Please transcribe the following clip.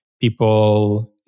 people